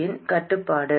யின் கட்டுப்பாடு